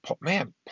man